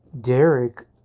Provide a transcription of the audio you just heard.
Derek